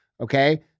okay